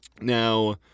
Now